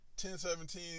1017